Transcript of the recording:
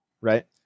right